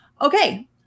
okay